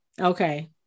okay